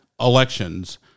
elections